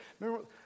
remember